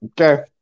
okay